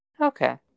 Okay